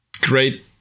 great